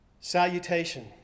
salutation